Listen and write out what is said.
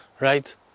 right